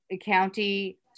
county